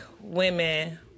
women